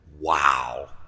wow